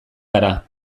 gara